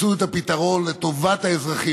מצאו את הפתרון לטובת האזרחים.